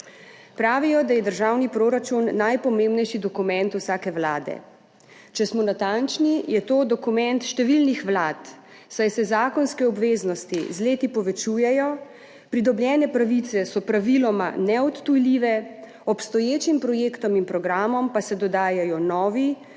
Pravijo, da je državni proračun najpomembnejši dokument vsake vlade. Če smo natančni, je to dokument številnih vlad, saj se zakonske obveznosti z leti povečujejo, pridobljene pravice so praviloma neodtujljive, obstoječim projektom in programom pa se dodajajo novi,